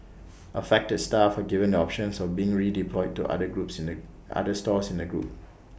affected staff are given the options of being redeployed to other groups in the other stores in the group